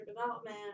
development